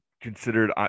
considered